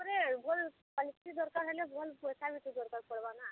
ହଁ ପରେ ଭଲ କ୍ୱାଲିଟି ଦର୍କାର୍ ହେଲେ ଭଲ ପଏସା ବି ତ ଦରକାର୍ ପଡ଼ବା ନା